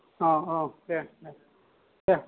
अ अ दे दे दे